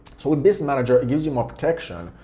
so with business manager it gives you more protection,